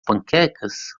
panquecas